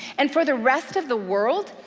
and for the rest of the world,